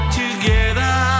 together